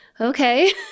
okay